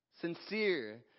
Sincere